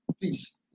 Please